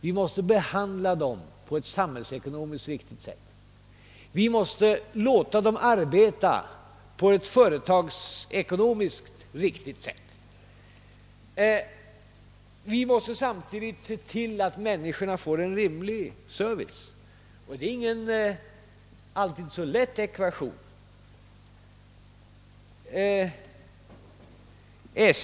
Vi måste behandla dem på ett samhällsekonomiskt riktigt sätt, låta dem arbeta efter företagsekonomiska normer och samtidigt se till att människorna får en rimlig service. Det är en ekvation som inte alltid är så lätt att lösa.